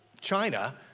China